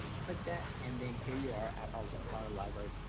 click that. and then here you are at ah our library